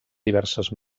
diverses